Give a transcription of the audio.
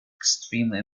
extremely